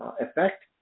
effect